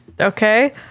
Okay